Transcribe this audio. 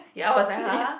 ya I was like !huh!